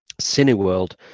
Cineworld